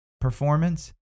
performance